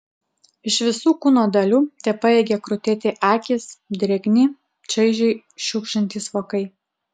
iš visų kūno dalių tepajėgė krutėti akys drėgni čaižiai šiugždantys vokai